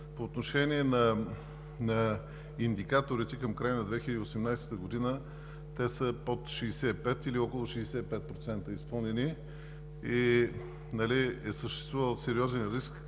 по отношение на индикаторите към края на 2018 г. те са под 65 или около 65% изпълнени. Съществувал е сериозен риск